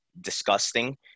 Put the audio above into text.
disgusting